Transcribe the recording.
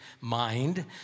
mind